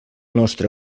nostre